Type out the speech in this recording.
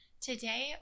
today